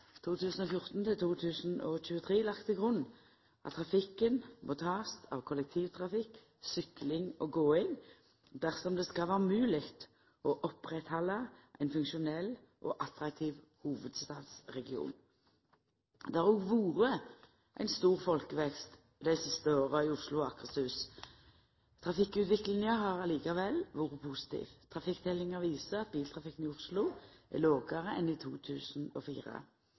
Nasjonal transportplan 2014–2023 lagt til grunn at trafikken må takast av kollektivtrafikk, sykling og gåing dersom det skal vera mogleg å oppretthalda ein funksjonell og attraktiv hovudstadsregion. Det har òg vore ein stor folkevekst dei siste åra i Oslo og Akershus. Trafikkutviklinga har likevel vore positiv. Trafikkteljingar viser at biltrafikken i Oslo er lågare enn i 2004.